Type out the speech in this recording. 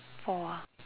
four ah